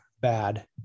bad